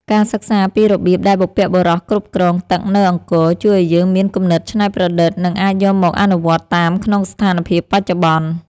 ការសិក្សាពីរបៀបដែលបុព្វបុរសគ្រប់គ្រងទឹកនៅអង្គរជួយឱ្យយើងមានគំនិតច្នៃប្រឌិត និងអាចយកមកអនុវត្តតាមក្នុងស្ថានភាពបច្ចុប្បន្ន។